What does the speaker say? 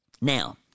Now